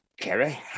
Kerry